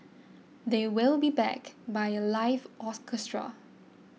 they will be backed by a live orchestra